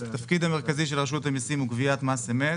התפקיד המרכזי של רשות המסיים הוא גביית מס אמת.